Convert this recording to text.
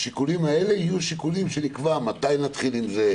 השיקולים האלה יהיו שיקולים שנקבע מתי נתחיל עם זה,